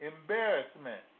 embarrassment